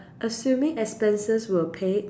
assuming expenses were paid